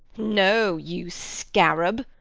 no, you scarab,